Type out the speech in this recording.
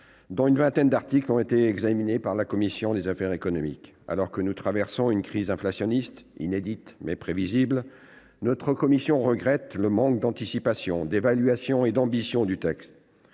pouvoir d'achat ont été examinés par la commission des affaires économiques. Alors que nous traversons une crise inflationniste inédite, mais prévisible, notre commission regrette le manque d'anticipation, d'évaluation et d'ambition du texte.